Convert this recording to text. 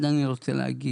אבל דבר אחד אני רוצה להגיד,